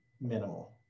minimal